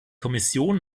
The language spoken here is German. kommission